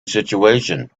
situation